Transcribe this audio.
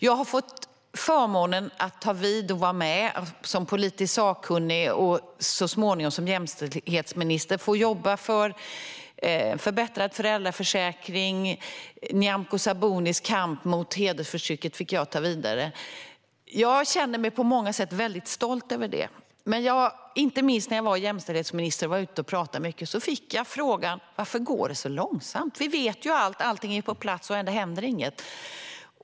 Jag har fått förmånen att ta vid och vara med och att som politiskt sakkunnig och så småningom som jämställdhetsminister få jobba för förbättrad föräldraförsäkring. Och Nyamko Sabunis kamp mot hedersförtrycket fick jag ta vidare. Jag känner mig på många sätt stolt över detta. Inte minst som jämställdhetsminister fick jag dock ibland frågan när jag var ute och talade: Varför går det så långsamt? Vi vet ju allt, och allting är på plats, men ändå händer inget.